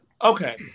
Okay